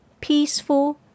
peaceful